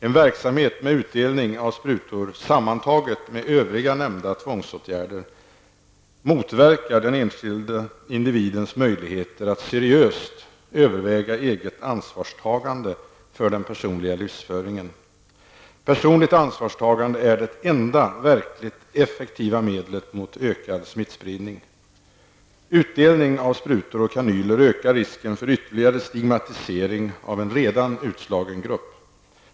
En verksamhet med utdelning av sprutor, sammantaget med övriga nämnda tvångsåtgärder, motverkar den enskilde individens möjligheter att seriöst överväga det egna ansvarstagandet avseende den personliga livsföringen. Personligt ansvarstagande är det enda verkligt effektiva medlet mot en ökad smittspridning. Utdelning av sprutor och kanyler bidrar till en ökad risk för ytterligare stigmatisering av en redan utslagen grupp.